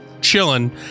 chilling